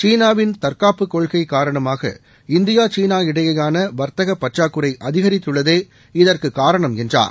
சீனாவின் தற்காப்புக் கொள்கை காரணமாக இந்தியா சீனா இடையேயான வர்த்தகப் பற்றாக்குறை அதிகரித்துள்ளதே இதற்குக் காரணம் என்றார்